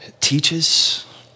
teaches